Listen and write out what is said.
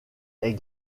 est